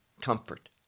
comfort